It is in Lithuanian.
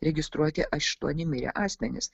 registruoti aštuoni mirę asmenys